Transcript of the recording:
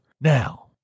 now